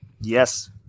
Yes